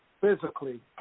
physically